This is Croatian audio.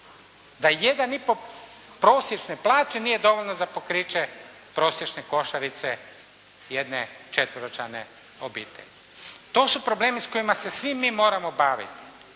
Da jedan i po prosječne plaće nije dovoljno za pokriće prosječne košarice jedne četveročlane obitelji. To su problemi s kojima se svi mi moramo baviti.